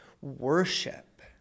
worship